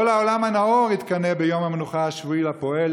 כל העולם הנאור התקנא ביום המנוחה השבועי לפועל,